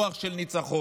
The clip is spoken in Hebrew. רוח של ניצחון.